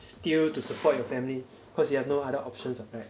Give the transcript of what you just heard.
steal to support your family cause you have no other options [what] correct